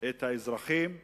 את האזרחים הנאמנים,